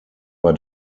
bei